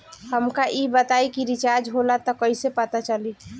हमका ई बताई कि रिचार्ज होला त कईसे पता चली?